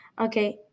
Okay